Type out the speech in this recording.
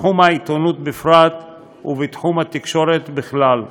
בתחום העיתונות בפרט ובתחום התקשורת בכלל.